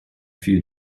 few